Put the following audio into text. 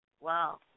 Wow